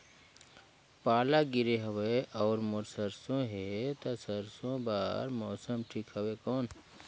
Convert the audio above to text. पाला गिरे हवय अउर मोर सरसो हे ता सरसो बार मौसम ठीक हवे कौन?